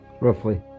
Roughly